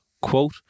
Quote